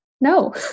no